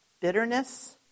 bitterness